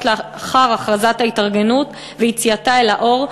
לאחר הכרזת ההתארגנות ויציאתה אל האור,